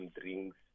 drinks